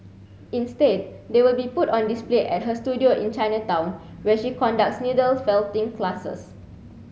instead they will be put on display at her studio in Chinatown where she conducts needle felting classes